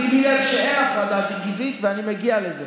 שימי לב שאין הפרדה גזעית, ואני מגיע לזה.